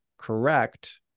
correct